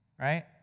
right